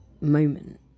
moment